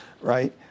Right